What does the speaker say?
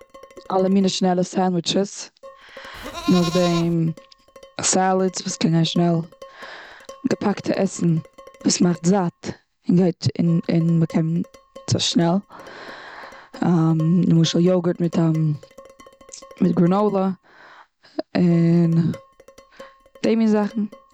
אלעמיני שנעלע סענדוויטשעס, נאכדעם סעלעדס וואס קען גיין שנעל, געפאקטע עסן וואס מאכט זאט און גייט און און מ'קען ניצן שנעל, למשל יוגארט מיט גרענאלע און די מין זאכן.